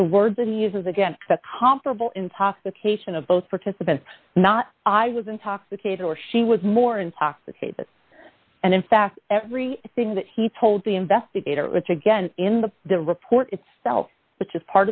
words that he is again that comparable intoxication of both participants not i was intoxicated or she was more intoxicated and in fact every thing that he told the investigator again in the the report itself which is part